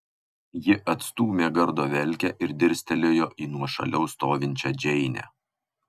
ji atstūmė gardo velkę ir dirstelėjo į nuošaliau stovinčią džeinę